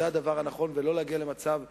זה הדבר הנכון, ולא להגיע למצב כזה.